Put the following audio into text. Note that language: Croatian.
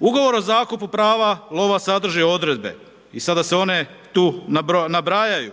Ugovor o zakupu prava lova sadrži odredbe i sada se one tu nabrajaju,